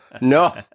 No